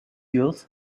youth